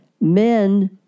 Men